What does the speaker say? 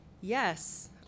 Yes